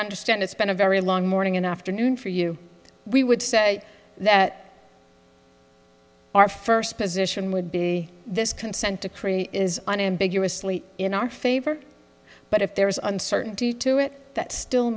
understand it's been a very long morning and afternoon for you we would say that our first position would be this consent decree is unambiguously in our favor but if there is uncertainty to it that still